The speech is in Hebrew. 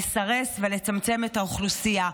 לסרס ולצמצם את האוכלוסייה.